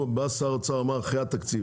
שר האוצר אמר, אחרי התקציב.